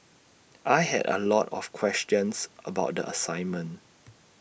I had A lot of questions about the assignment